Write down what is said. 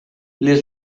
les